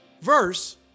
verse